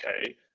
okay